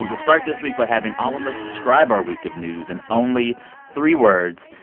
start this week by having all of us describe our week of news in only three words.